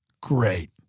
Great